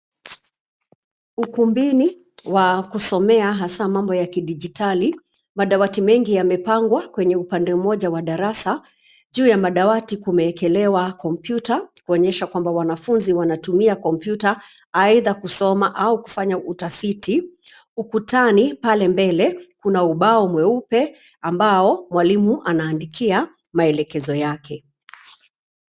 Ukumbini wa kusomea hasaa mambo ya kidijitali, madawati mengi yamepangwa klwenye upande mmoja wa darasa. Juu ya madawati kumeekelewa kompyuta, kuonyesha kwamba wanafunzi wanatumia kompyuta aidha kusoma au kufanya utafiti. Ukutani, pale mbele, kuna ubao mweupe ambao mwalimu anaandikia maelekezo yake.